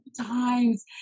times